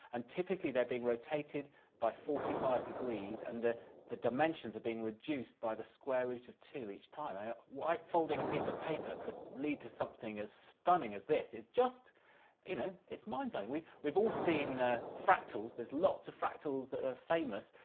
and typically, they're being rotated by forty five degrees, and the the dimensions are being reduced by the square root of two each time. why folding a piece of paper could lead to something as stunning as this is just you know, it's mind blowing. we've we've all seen fractals. there's lots of fractals that are famous.